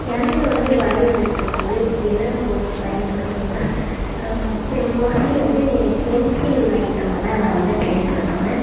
எனக்கு வந்து வரைவதற்கு வந்து என்னன்ன பொருள் பயன்படுத்துவேன்னா இப்பயும் மோஸ்ட்லி வந்து பென்சில் ஐட்டமாக தான் நான் வந்து பயன்படுத்துவேன்